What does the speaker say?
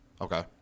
Okay